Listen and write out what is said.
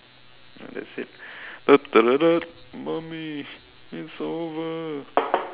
that's it mummy it's over